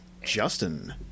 Justin